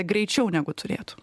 greičiau negu turėtų